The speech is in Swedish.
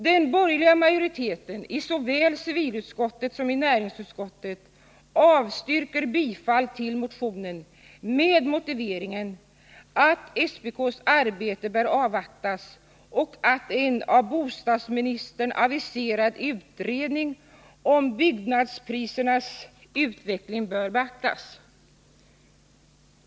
Den borgerliga majoriteten såväl i civilutskottet som i näringsutskottet avstyrker bifall till motionen med motiveringen att SPK:s arbete bör avvaktas och att en av bostadsministern aviserad utredning om byggnadsprisernas utveckling bör beaktas.